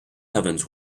heavens